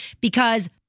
because-